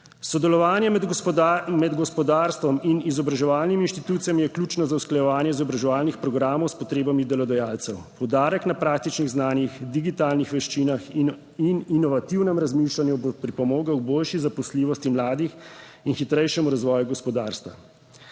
Sodelovanje med gospodarstvom in izobraževalnimi inštitucijami je ključno za usklajevanje izobraževalnih programov s potrebami delodajalcev. Poudarek na praktičnih znanjih, digitalnih veščinah in inovativnem razmišljanju bo pripomogel k boljši zaposljivosti mladih in hitrejšemu razvoju gospodarstva.